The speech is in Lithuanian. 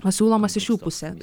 pasiūlomas iš jų pusės